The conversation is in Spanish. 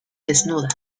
desnuda